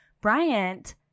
bryant